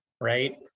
right